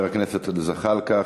חבר הכנסת זחאלקה,